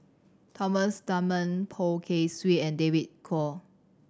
Thomas Dunman Poh Kay Swee and David Kwo